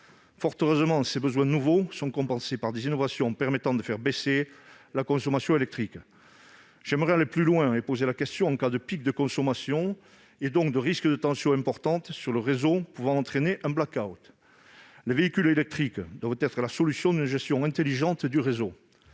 Fort heureusement, ces besoins nouveaux sont compensés par des innovations permettant de réduire la consommation électrique. Néanmoins, il faut aller plus loin : qu'en sera-t-il en cas de pic de consommation et donc de risques de tensions importantes sur le réseau pouvant entraîner un blackout ? Les véhicules électriques doivent être la solution d'une gestion intelligente du réseau.